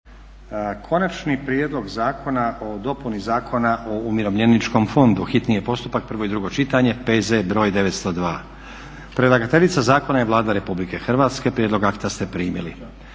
6. Prijedlog zakona o dopuni Zakona o umirovljeničkom fondu, hitni postupak, prvo i drugo čitanje, P.Z. br. 902. Predlagateljica zakona je Vlada RH. Prijedlog akta ste primili.